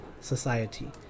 society